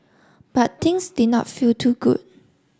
but things did not feel too good